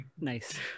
Nice